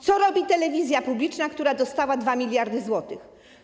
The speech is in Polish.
Co robi telewizja publiczna, która dostała 2 mld zł?